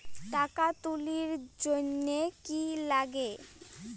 টাকা তুলির জন্যে কি লাগে?